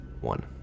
one